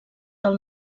del